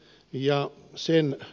ja sen